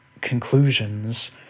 conclusions